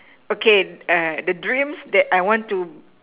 okay uh the dreams that I want to